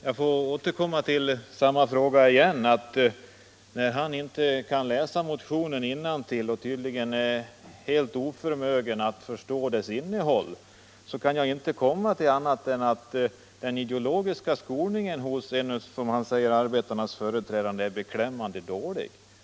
Jag får återkomma till samma sak igen: När han inte kan läsa motionen innantill och tydligen är helt oförmögen att förstå dess innehåll kan jag inte komma till annan slutsats än att den ideologiska skolningen hos arbetarnas företrädare är beklämmande dålig.